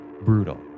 Brutal